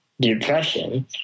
depression